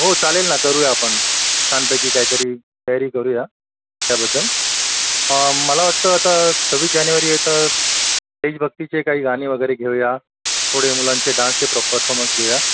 हो चालेल ना करू या आपण छानपैकी काहीतरी तयारी करू या त्याबद्दल मला वाटतं आता सव्वीस जानेवारी आहे तर देशभक्तीची काही गाणी वगैरे घेऊ या पुढे मुलांचे डान्सचे पर परफॉर्मन्स घेऊ या